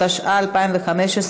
התשע"ה 2015,